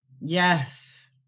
Yes